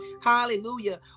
Hallelujah